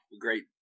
great